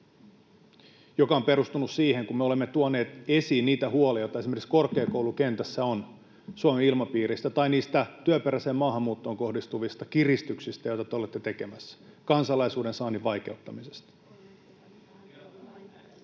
mikä on perustunut siihen, kun me olemme tuoneet esiin niitä huolia, joita esimerkiksi korkeakoulukentällä on, Suomen ilmapiiristä tai niistä työperäiseen maahanmuuttoon kohdistuvista kiristyksistä, joita te olette tekemässä, kansalaisuuden saannin vaikeuttamisesta. Me